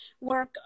work